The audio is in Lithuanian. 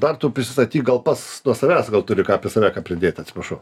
dar tu prisistatyk gal pas nuo savęs gal turi ką apie save ką pridėt atsiprašau